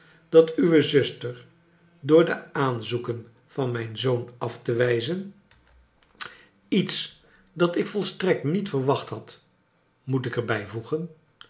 dat urwe zuster door de aanzoeken van mijn zoon af te wijzen iets charles dickens dat ik volstrekt niet verwacht had moet ik er bijvoegen